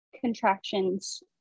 contractions